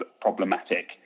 problematic